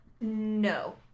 no